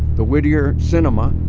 the whittier cinema.